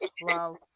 wow